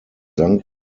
sank